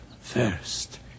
first